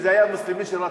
שזה היה מוסלמי שרצח?